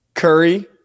Curry